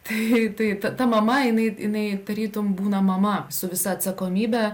tai tai ta ta mama jinai jinai tarytum būna mama su visa atsakomybe